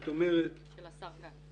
של השר כץ.